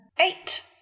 Eight